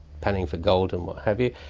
panning for gold and what have you,